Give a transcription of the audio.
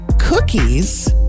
cookies